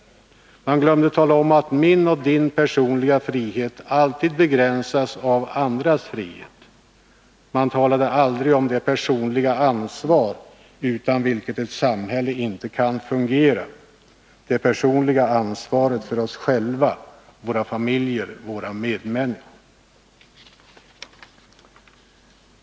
Man glömde tala om att min och din personliga frihet alltid begränsas av andras frihet. Man talade aldrig om det personliga ansvar, utan vilket ett samhälle inte kan fungera, det 119 personliga ansvaret för oss själva, våra familjer, våra medmänniskor.